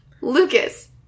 Lucas